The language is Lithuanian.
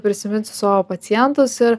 prisiminsiu savo pacientus ir